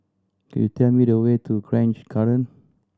could you tell me the way to Grange Garden